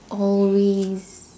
always